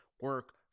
Work